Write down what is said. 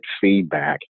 feedback